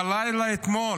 בלילה אתמול,